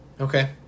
Okay